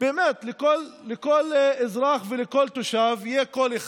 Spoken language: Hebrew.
לא בשביל זה באנו